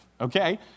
okay